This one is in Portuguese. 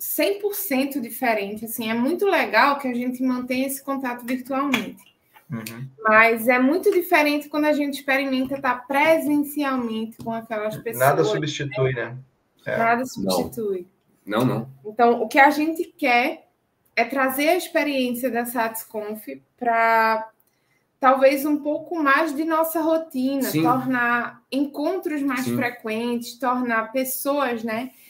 100% diferente, assim. É muito legal que a gente mantenha esse contato virtualmente. Uhum. Mas é muito diferente quando a gente experimenta tá presencialmente com aquelas Nada pessoas, substitui, né? né? É. Nada Não. substitui. Não, não. Então, o que a gente quer é trazer a experiência da Satisconf pra talvez um pouco mais de nossa rotina, Sim. tornar encontros mais Sim. frequentes, tornar pessoas, né,